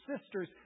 sisters